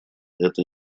это